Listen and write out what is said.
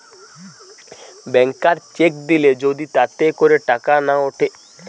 ব্যাংকার cheque দিলে যদি তাতে করে টাকা না উঠে